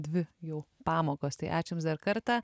dvi jau pamokos tai aš jums dar kartą